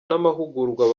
n’amahugurwa